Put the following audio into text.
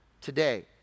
today